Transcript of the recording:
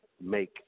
make